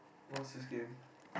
want sees game